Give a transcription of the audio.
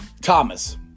Thomas